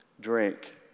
drink